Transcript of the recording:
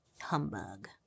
Humbug